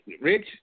Rich